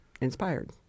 inspired